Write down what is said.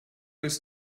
ist